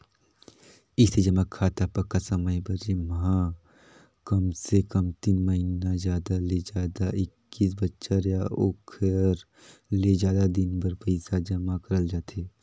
इस्थाई जमा खाता पक्का समय बर जेम्हा कमसे कम तीन महिना जादा ले जादा एक्कीस बछर या ओखर ले जादा दिन बर पइसा जमा करल जाथे